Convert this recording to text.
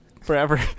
Forever